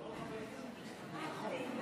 חברים,